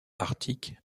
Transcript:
arctique